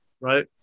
right